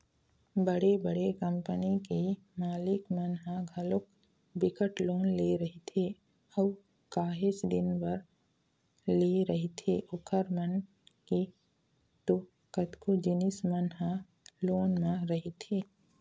बड़े बड़े कंपनी के मालिक मन ह घलोक बिकट लोन ले रहिथे अऊ काहेच दिन बर लेय रहिथे ओखर मन के तो कतको जिनिस मन ह लोने म रहिथे